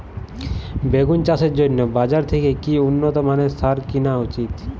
বেগুন চাষের জন্য বাজার থেকে কি উন্নত মানের সার কিনা উচিৎ?